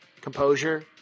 composure